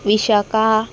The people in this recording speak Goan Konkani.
विशाखा